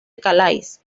calais